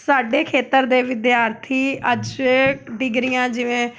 ਸਾਡੇ ਖੇਤਰ ਦੇ ਵਿਦਿਆਰਥੀ ਅੱਜ ਡਿਗਰੀਆਂ ਜਿਵੇਂ